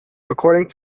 according